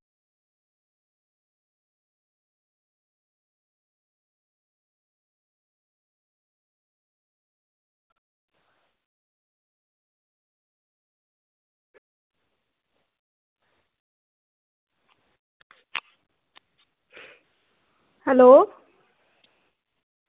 hello